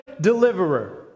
deliverer